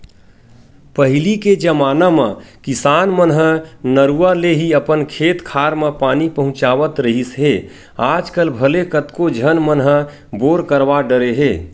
पहिली के जमाना म किसान मन ह नरूवा ले ही अपन खेत खार म पानी पहुँचावत रिहिस हे आजकल भले कतको झन मन ह बोर करवा डरे हे